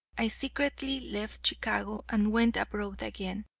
i secretly left chicago and went abroad again.